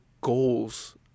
goals